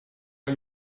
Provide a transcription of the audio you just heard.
are